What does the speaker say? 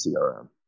CRM